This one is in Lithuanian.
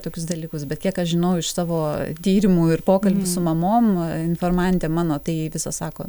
tokius dalykus bet kiek aš žinau iš savo tyrimu ir pokalbių su mamom informantė mano tai jai visą sako